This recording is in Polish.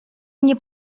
nie